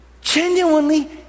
genuinely